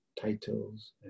titles